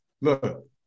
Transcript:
Look